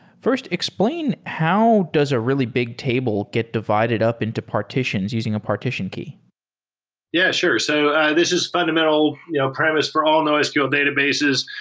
first, explain how does a really big table get divided up into partitions using a partition key yeah, sure. so this is fundamental you know premise for all nosql databases.